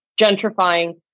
gentrifying